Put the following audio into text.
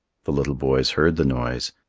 the little boys heard the noise.